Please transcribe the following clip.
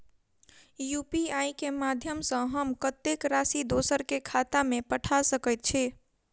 UPI केँ माध्यम सँ हम कत्तेक राशि दोसर केँ खाता मे पठा सकैत छी?